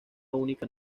única